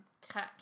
touch